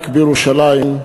רק בירושלים,